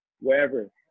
wherever